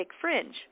fringe